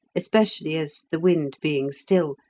especially as, the wind being still,